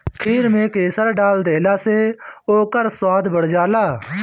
खीर में केसर डाल देहला से ओकर स्वाद बढ़ जाला